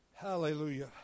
hallelujah